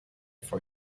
for